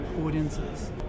audiences